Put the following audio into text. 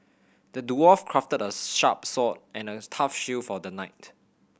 the dwarf crafted a sharp sword and a tough shield for the knight